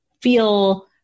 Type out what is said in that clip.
feel